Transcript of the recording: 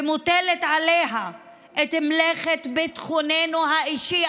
ומוטלת עליה מלאכת ביטחוננו האישי.